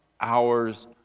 hours